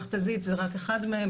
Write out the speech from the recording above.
מכת"זית זה רק אחד מהם,